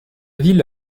ville